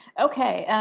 okay,